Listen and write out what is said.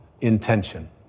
intention